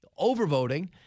overvoting